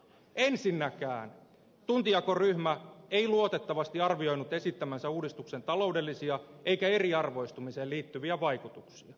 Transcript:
ensinnäkään tuntijakoryhmä ei luotettavasti arvioinut esittämänsä uudistuksen taloudellisia eikä eriarvoistumiseen liittyviä vaikutuksia